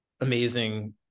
amazing